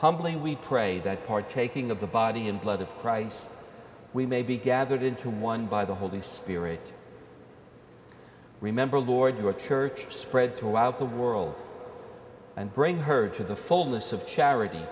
humbly we pray that partaking of the body and blood of christ we may be gathered into one by the holy spirit remember lord your church spread throughout the world and bring her to the fullness of charit